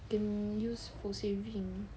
can use for saving